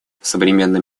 современном